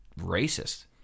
racist